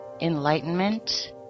Enlightenment